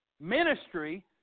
ministry